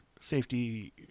safety